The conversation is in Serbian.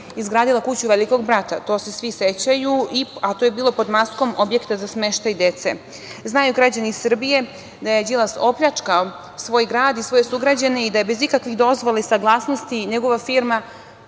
izgradila kuću Velikog brata. Toga se svi sećaju, a to je bilo pod maskom objekta za smeštaj dece. Znaju građani Srbije da je Đilas opljačkao svoj grad i svoje sugrađane i da je bez ikakvih dozvola i saglasnosti njegova firma